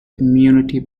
immunity